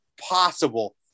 possible